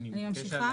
אני ממשיכה?